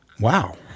wow